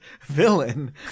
villain